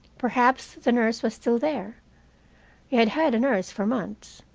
perhaps the nurse was still there. he had had a nurse for months,